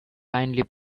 kindly